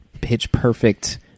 pitch-perfect